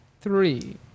Three